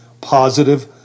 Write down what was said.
positive